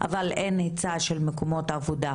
אבל אין היצע של מקומות עבודה,